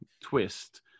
twist